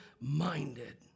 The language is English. minded